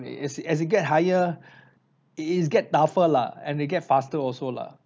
is as you get higher it is get tougher lah and they get faster also lah